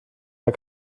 der